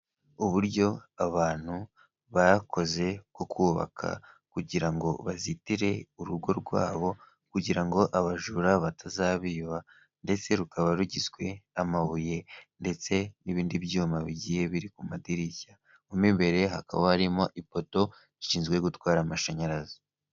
Uburyo abantu bakoze bwo kubaka kugira ngo bazitire urugo rwabo kugira ngo abajura batazabiba ndetse rukaba rugizwe n'amabuye ndetse n'ibindi byuma bigiye biri ku madirishya mo mibere hakaba harimo ipoto zishinzwe gutwara amashanyarazi.